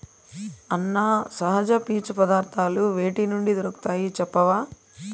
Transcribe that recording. అన్నా, సహజ పీచు పదార్థాలు వేటి నుండి దొరుకుతాయి చెప్పవా